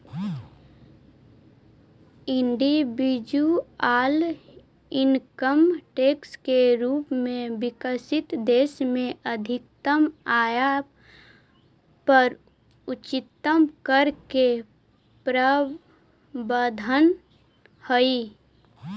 individual income tax के रूप में विकसित देश में अधिकतम आय पर उच्चतम कर के प्रावधान हई